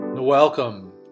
Welcome